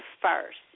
first